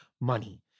money